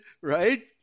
right